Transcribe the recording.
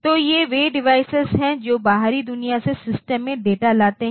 तो ये वे डिवाइस हैं जो बाहरी दुनिया से सिस्टम में डेटा लाते हैं